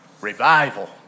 revival